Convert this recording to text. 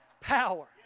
power